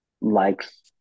likes